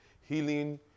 healing